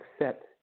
accept